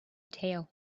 tail